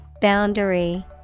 Boundary